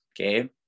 okay